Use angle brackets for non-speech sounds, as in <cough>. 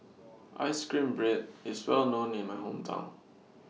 <noise> Ice Cream Bread IS Well known in My Hometown